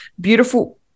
beautiful